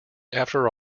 after